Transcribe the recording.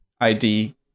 ID